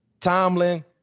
Tomlin